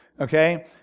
okay